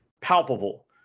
palpable